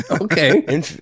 Okay